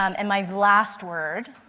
um and my last word,